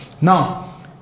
now